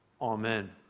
Amen